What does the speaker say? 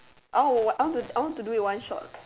I wan~ I want to do it one shot